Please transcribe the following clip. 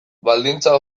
baldintza